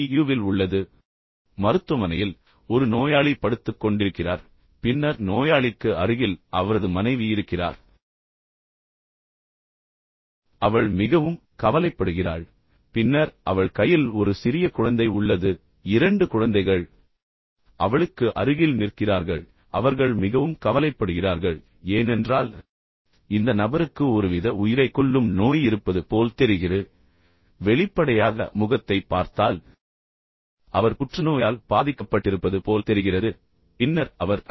யுவில் உள்ளது மருத்துவமனையில் ஒரு நோயாளி படுத்துக் கொண்டிருக்கிறார் பின்னர் நோயாளிக்கு அருகில் அவரது மனைவி இருக்கிறார் அவள் மிகவும் கவலைப்படுகிறாள் பின்னர் அவள் கையில் ஒரு சிறிய குழந்தை உள்ளது பின்னர் இரண்டு குழந்தைகள் அவளுக்கு அருகில் நிற்கிறார்கள் பின்னர் அவர்கள் மிகவும் கவலைப்படுகிறார்கள் ஏனென்றால் இந்த நபருக்கு ஒருவித உயிரைக்கொல்லும் நோய் இருப்பது போல் தெரிகிறது வெளிப்படையாக முகத்தை பார்த்தால் அவர் புற்றுநோயால் பாதிக்கப்பட்டிருப்பது போல் தெரிகிறது பின்னர் அவர் ஐ